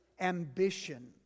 ambition